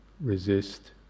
resist